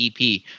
EP